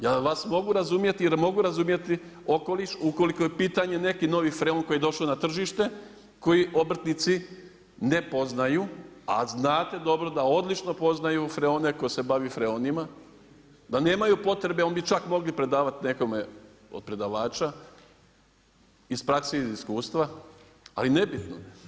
Ja vas mogu razumjeti jer mogu razumjeti okoliš ukoliko je u pitanju neki novi freon koji je došao na tržište koji obrtnici ne poznaju, a znate dobro da odlično poznaju freone, tko se bavi freonima, da nemaju potrebe, oni bi čak mogli predavati nekome od predavača, iz prakse, iz iskustva, ali nebitno.